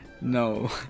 No